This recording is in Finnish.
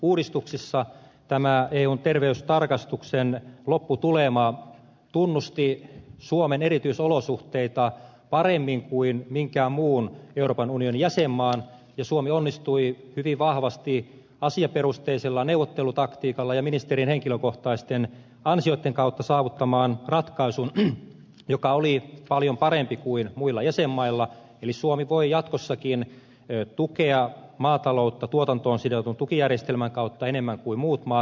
tämä eun terveystarkastuksen lopputulema tunnusti suomen erityisolosuhteita paremmin kuin minkään muun euroopan unionin jäsenmaan ja suomi onnistui hyvin vahvasti asiaperusteisella neuvottelutaktiikalla ja ministerin henkilökohtaisten ansioitten kautta saavuttamaan ratkaisun joka oli paljon parempi kuin muilla jäsenmailla eli suomi voi jatkossakin tukea maataloutta tuotantoon sidotun tukijärjestelmän kautta enemmän kuin muut maat